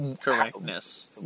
correctness